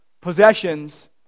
possessions